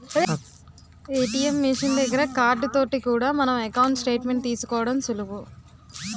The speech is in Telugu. ఏ.టి.ఎం మిషన్ దగ్గర కార్డు తోటి కూడా మన ఎకౌంటు స్టేట్ మెంట్ తీసుకోవడం సులువు